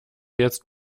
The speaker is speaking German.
jetzt